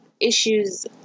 issues